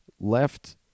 left